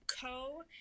Co